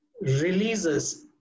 releases